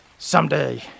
Someday